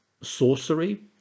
sorcery